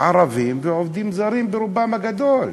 ערבים ועובדים זרים ברובם הגדול.